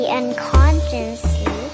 unconsciously